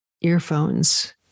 earphones